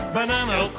Banana